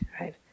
right